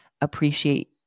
appreciate